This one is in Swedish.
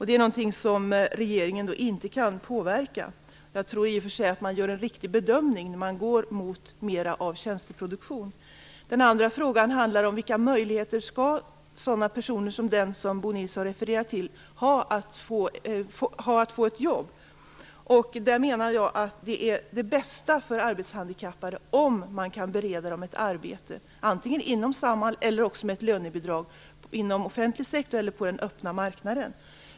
Det är någonting som regeringen inte kan påverka. Jag tror i och för sig att man gör en riktig bedömning när man går mot mera av tjänsteproduktion. Den andra frågan handlar om vilka möjligheter sådana personer som den Bo Nilsson refererar till skall ha att få ett jobb. Jag menar att det bästa för arbetshandikappade är om man kan bereda dem ett arbete, antingen inom Samhall eller med ett lönebidrag inom offentlig sektor eller på den öppna marknaden.